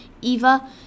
Eva